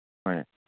ꯍꯣꯏ